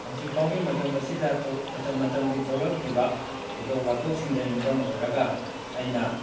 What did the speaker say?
ꯍꯧꯖꯤꯛꯐꯧꯒꯤ ꯃꯇꯝ ꯑꯁꯤꯗ ꯊꯣꯛ ꯃꯇꯝ ꯃꯇꯝꯒꯤ ꯊꯣꯛꯂꯛꯂꯤꯕ ꯊꯧꯗꯣꯛ ꯋꯥꯊꯣꯛꯁꯤꯡꯗ ꯌꯨꯝꯐꯝ ꯑꯣꯏꯔꯒ ꯑꯩꯅ